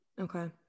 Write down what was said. okay